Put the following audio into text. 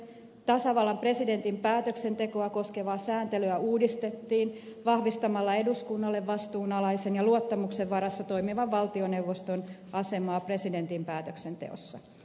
tasavallan presidentin päätöksentekoa koskevaa sääntelyä uudistettiin vahvistamalla eduskunnalle vastuunalaisen ja luottamuksen varassa toimivan valtioneuvoston asemaa presidentin päätöksenteossa